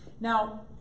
now